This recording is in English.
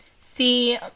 See